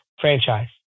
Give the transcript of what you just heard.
franchise